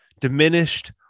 diminished